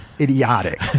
idiotic